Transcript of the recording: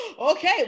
Okay